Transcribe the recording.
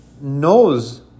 knows